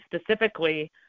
specifically